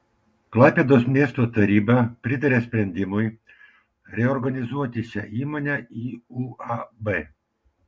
klaipėdos miesto taryba pritarė sprendimui reorganizuoti šią įmonę į uab